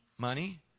Money